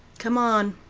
come on!